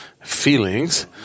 feelings